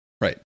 Right